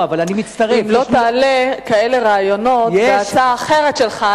אם לא תעלה כאלה רעיונות בהצעה האחרת שלך,